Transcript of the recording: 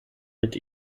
mit